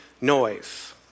noise